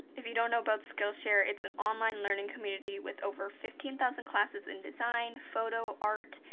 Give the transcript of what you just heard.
if you don't know about skillshare, it's an online learning community with over fifteen thousand classes in design, photo art,